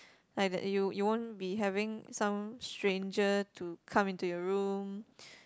like that you you won't be having some stranger to come into your room